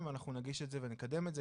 אנחנו נגיש את זה ונקדם את זה.